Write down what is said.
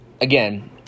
Again